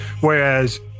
Whereas